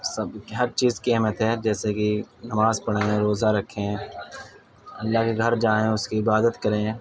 سب ہر چیز کی اہمیت ہے جیسے کہ نماز پڑھیں روزہ رکھیں اللہ کے گھر جائیں اس کی عبادت کریں